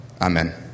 Amen